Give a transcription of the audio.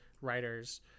writers